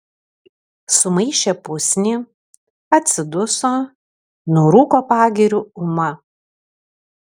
sumaišė pusnį atsiduso nurūko pagiriu ūma